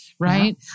right